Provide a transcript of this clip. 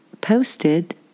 posted